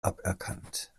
aberkannt